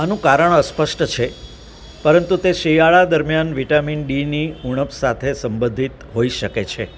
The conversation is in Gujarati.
આનું કારણ અસ્પષ્ટ છે પરંતુ તે શિયાળા દરમિયાન વિટામિન ડી ની ઉણપ સાથે સંબંધિત હોઈ શકે છે